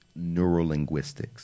neurolinguistics